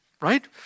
Right